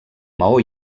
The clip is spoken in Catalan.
maó